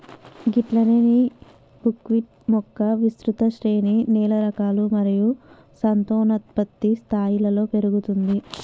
గట్లనే నీ బుక్విట్ మొక్క విస్తృత శ్రేణి నేల రకాలు మరియు సంతానోత్పత్తి స్థాయిలలో పెరుగుతుంది